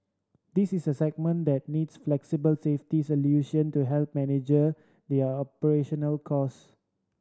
this is a segment that needs flexible safety solution to help manage their operational cost